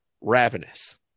ravenous